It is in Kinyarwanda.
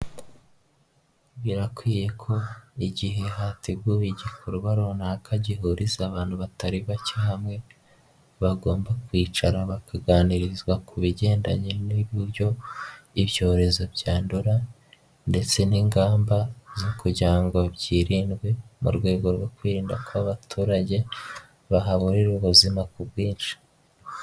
Birakwiye ko igihe hateguwe igikorwa runaka gihuriza abantu batari bake hamwe, bagomba kwicara bakaganirizwa ku bigendanye n'ibyo ibyorezo byandura ndetse n'ingamba zo kugira ngo byirindwe mu rwego rwo kwirinda ko abaturage bahaburira ubuzima ku bwinshi.